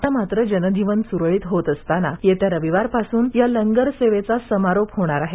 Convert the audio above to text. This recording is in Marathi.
आता मात्र जनजीवन सुरळीत होत असताना येत्या रविवार पासून या लंगरसेवेचा समारोप होणार आहे